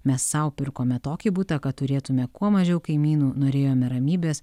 mes sau pirkome tokį butą kad turėtume kuo mažiau kaimynų norėjome ramybės